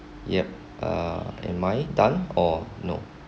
yup uh am I done or no